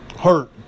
hurt